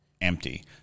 empty